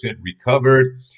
recovered